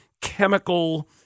chemical